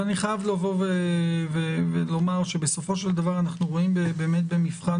אבל אני חייב לבוא ולומר שבסופו של דבר אנחנו רואים באמת במבחן